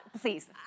Please